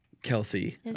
Kelsey